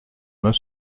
meung